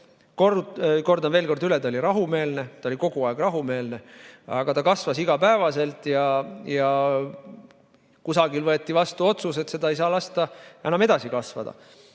Kordan veel kord üle, et ta oli rahumeelne, ta oli kogu aeg rahumeelne, aga ta kasvas iga päevaga ja kusagil võeti vastu otsus, et tal ei saa lasta enam edasi kasvada.